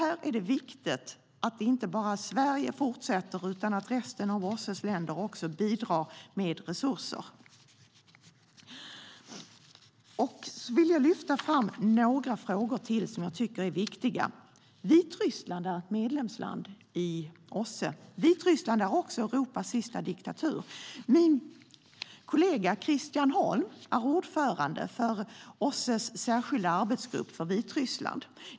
Här är det viktigt att inte bara Sverige fortsätter utan att resten av OSSE:s länder också bidrar med resurser. Jag vill lyfta fram ytterligare några frågor som jag tycker är viktiga. Vitryssland är ett av OSSE:s medlemsländer. Vitryssland är också Europas sista diktatur. Min kollega Christian Holm är ordförande för OSSE:s särskilda arbetsgrupp för Vitryssland.